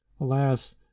Alas